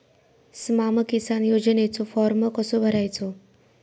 स्माम किसान योजनेचो फॉर्म कसो भरायचो?